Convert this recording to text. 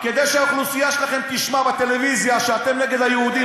כדי שהאוכלוסייה שלכם תשמע בטלוויזיה שאתם נגד היהודים,